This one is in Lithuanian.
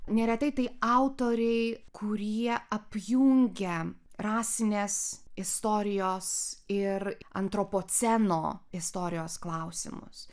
neretai tai autoriai kurie apjungia rasines istorijos ir antropoceno istorijos klausimus